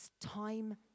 time